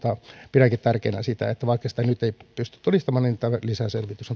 pidänkin tärkeänä sitä vaikka sitä nyt ei pystytä todistamaan että lisäselvitys